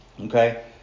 Okay